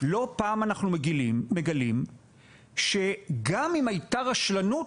לא פעם אנחנו מגלים שגם אם הייתה רשלנות,